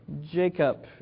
Jacob